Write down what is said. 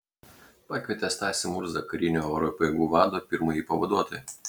pakvietė stasį murzą karinių oro pajėgų vado pirmąjį pavaduotoją